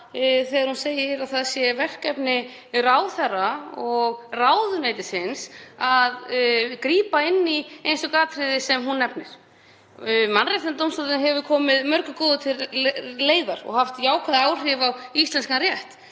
þegar hún segir að það sé verkefni ráðherra og ráðuneytisins að grípa inn í einstök atriði sem hún nefnir. Mannréttindadómstóllinn hefur komið mörgu góðu til leiðar og haft jákvæð áhrif á íslenskan rétt.